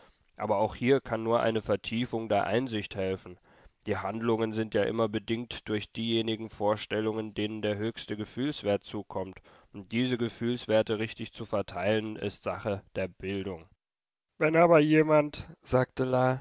aber auch hier kann nur eine vertiefung der einsicht helfen die handlungen sind ja immer bedingt durch diejenigen vorstellungen denen der höchste gefühlswert zukommt und diese gefühlswerte richtig zu verteilen ist sache der bildung wenn aber jemand sagte